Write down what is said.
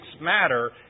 matter